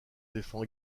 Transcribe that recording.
défend